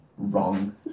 Wrong